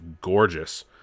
gorgeous